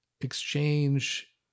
exchange